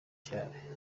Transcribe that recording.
cyane